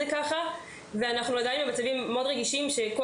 אנחנו עדיין במצבים מאוד רגישים וכל